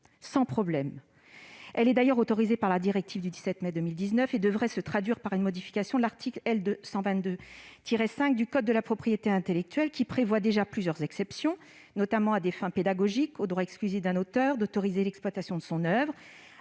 sans problème. Elle est d'ailleurs autorisée par la directive du 17 mai 2019 et devrait se traduire par une modification de l'article L. 122-5 du code de la propriété intellectuelle, qui prévoit déjà plusieurs exceptions, notamment à des fins pédagogiques, au droit exclusif d'un auteur d'autoriser l'exploitation de son oeuvre